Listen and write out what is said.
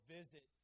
visit